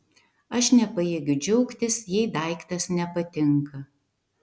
aš nepajėgiu džiaugtis jei daiktas nepatinka